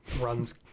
runs